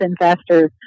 investors